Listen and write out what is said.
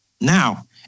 Now